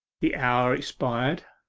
the hour expired.